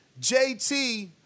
JT